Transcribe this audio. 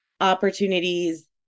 opportunities